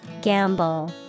Gamble